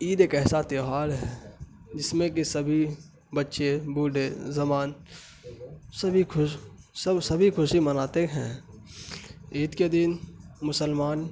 عید ایک ایسا تہوار ہے جس میں کہ سبھی بچے بوڈھے جوان سبھی خوش سب سبھی خوشی مناتے ہیں عید کے دن مسلمان